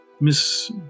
Miss